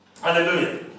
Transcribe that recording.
Hallelujah